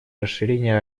расширения